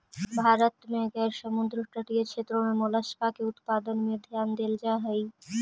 भारत में गैर समुद्र तटीय क्षेत्र में मोलस्का के उत्पादन में ध्यान देल जा हई